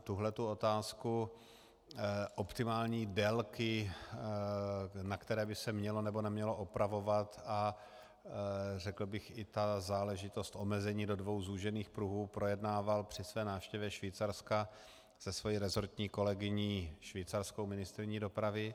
Tuhle otázku optimální délky, na které by se mělo, nebo nemělo opravovat, a i tu záležitost omezení do dvou zúžených pruhů jsem projednával při své návštěvě Švýcarska se svou resortní kolegyní švýcarskou ministryní dopravy.